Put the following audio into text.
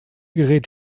gerät